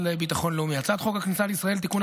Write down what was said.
לביטחון לאומי על הצעת חוק הכניסה לישראל (תיקון,